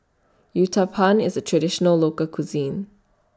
Uthapam IS A Traditional Local Cuisine